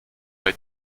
bei